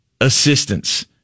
assistance